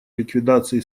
ликвидации